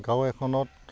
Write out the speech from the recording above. গাঁও এখনত